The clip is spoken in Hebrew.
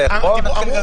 שהצעתי?